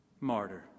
martyr